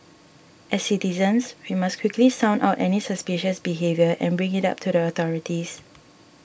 as citizens we must quickly sound out any suspicious behaviour and bring it up to the authorities